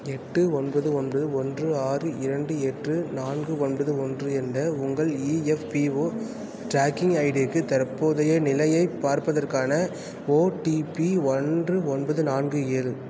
எட்டு ஒன்பது ஒன்பது ஒன்று ஆறு இரண்டு எட்டு நான்கு ஒன்பது ஒன்று என்ற உங்கள் இஎஃப்பிஓ ட்ராக்கிங் ஐடி க்கு தற்போதைய நிலையைப் பார்ப்பதற்கான ஓடிபி ஒன்று ஒன்பது நான்கு ஏழு